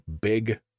big